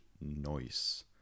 noise